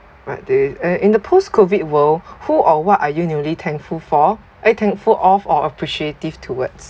but the uh in the post COVID world who or what are you newly thankful for eh thankful of or appreciative towards